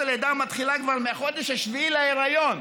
הלידה מתחילה כבר מהחודש השביעי להיריון.